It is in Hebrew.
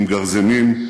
עם גרזנים,